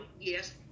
yes